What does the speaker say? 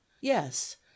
yes